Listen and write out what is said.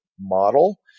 model